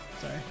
Sorry